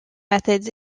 methods